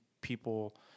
people